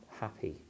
happy